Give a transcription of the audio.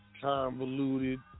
convoluted